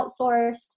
outsourced